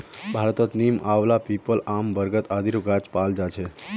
भारतत नीम, आंवला, पीपल, आम, बरगद आदिर गाछ पाल जा छेक